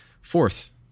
fourth